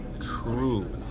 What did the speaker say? true